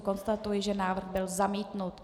Konstatuji, že návrh byl zamítnut.